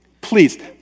Please